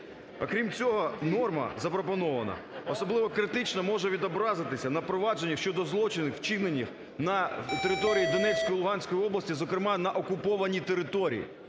Окрім цього, норма запропонована особливо критично може відобразитися на провадженнях щодо злочинів, вчинених на території Донецької і Луганської областей, зокрема на окупованій території.